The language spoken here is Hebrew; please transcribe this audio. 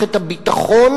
מערכת הביטחון.